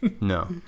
No